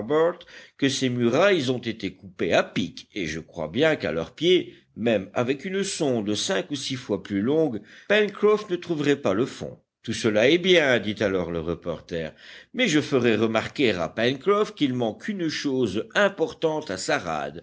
que ces murailles ont été coupées à pic et je crois bien qu'à leur pied même avec une sonde cinq ou six fois plus longue pencroff ne trouverait pas de fond tout cela est bien dit alors le reporter mais je ferai remarquer à pencroff qu'il manque une chose importante à sa